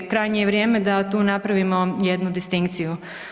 Krajnje je vrijeme da tu napravimo jednu distinkciju.